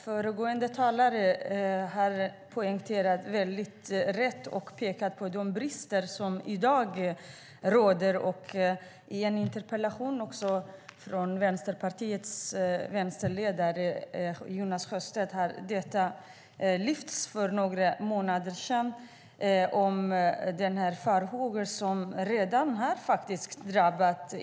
Föregående talare har helt riktigt pekat på de brister som i dag råder. I en interpellation från vänsterledaren Jonas Sjöstedt för några månader sedan togs frågan om kvinnojourer upp.